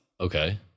Okay